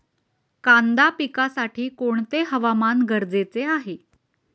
कांदा पिकासाठी कोणते हवामान गरजेचे आहे?